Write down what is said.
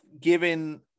given